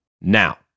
Now